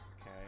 Okay